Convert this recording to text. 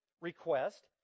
request